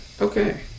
Okay